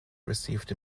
received